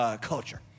culture